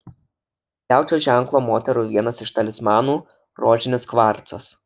jaučio ženklo moterų vienas iš talismanų rožinis kvarcas